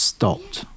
Stopped